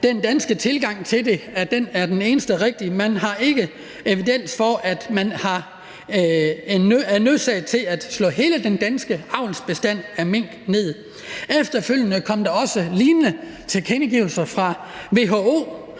den danske tilgang til det var den eneste rigtige. Der var ikke evidens for, at man var nødsaget til at slå hele den danske avlsbestand af mink ned. Efterfølgende kom der også lignende tilkendegivelser fra WHO,